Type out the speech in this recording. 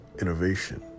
innovation